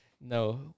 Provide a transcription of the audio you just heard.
no